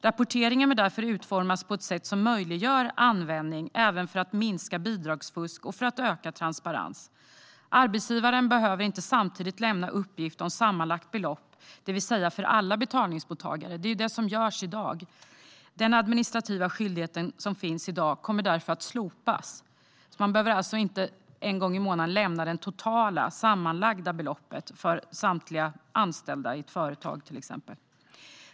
Rapporteringen bör därför utformas på ett sätt som möjliggör användning, och för att minska bidragsfusk och öka transparensen. Arbetsgivaren kommer inte att som i dag samtidigt behöva lämna uppgift om sammanlagt belopp, det vill säga för alla betalningsmottagare. Den administrativa skyldighet som finns i dag kommer därför att slopas. Man kommer alltså inte att en gång i månaden behöva lämna det totala sammanlagda beloppet för samtliga anställda, i ett företag till exempel.